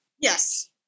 Yes